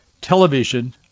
television